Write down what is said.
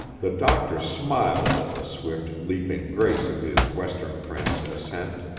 the doctor smiled at the swift, leaping grace of his western friend's ascent.